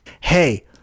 hey